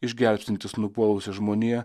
išgelbstintis nupuolusią žmoniją